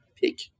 pick